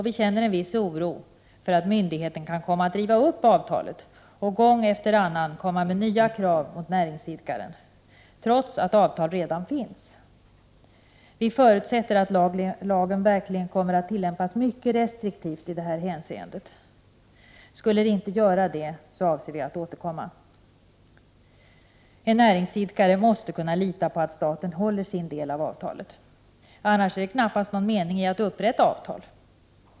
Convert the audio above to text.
Vi känner en viss oro för att myndigheten kan komma att riva upp avtalet och gång efter annan komma med nya krav mot näringsidkare trots att avtal redan finns. Vi förutsätter att lagen verkligen kommer att tillämpas mycket restriktivt i detta avseende. I den mån så inte skulle bli fallet avser vi att återkomma. En näringsidkare måste kunna lita på att staten håller sin del av avtalet, annars är det knappast någon mening i att upprätta avtal.